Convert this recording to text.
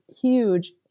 huge